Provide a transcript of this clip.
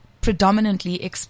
predominantly